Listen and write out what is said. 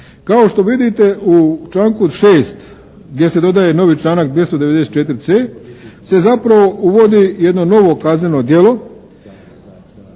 Kao što vidite u članku 6. gdje se dodaje novi članak 294.c. se zapravo uvodi jedno novo kazneno djelo